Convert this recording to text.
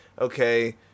okay